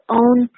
own